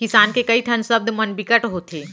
किसान के कइ ठन सब्द मन बिकट होथे